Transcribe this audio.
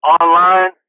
online